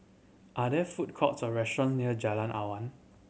are there food courts or restaurant near Jalan Awan